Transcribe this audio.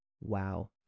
Wow